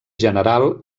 general